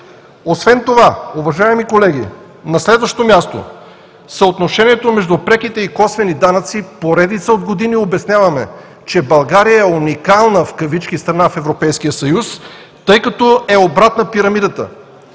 довели. Уважаеми колеги, на следващо място, съотношението между преките и косвените данъци поредица от години обясняваме, че България е „уникална страна“ в Европейския съюз, тъй като е обратна пирамидата.